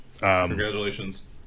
congratulations